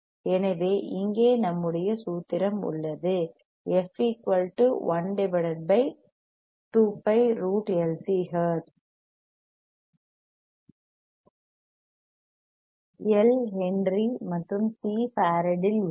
எனவே இங்கே நம்முடைய சூத்திரம் உள்ளது எல் ஹென்றி மற்றும் சி ஃபராட்டில் உள்ளது